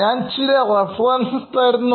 ഞാൻ ചില റഫറൻസുകൾ തരുന്നു